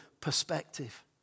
perspective